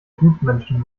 gutmenschen